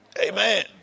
Amen